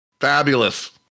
Fabulous